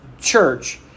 church